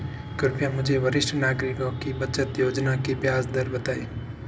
कृपया मुझे वरिष्ठ नागरिकों की बचत योजना की ब्याज दर बताएं